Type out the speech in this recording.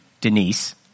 Denise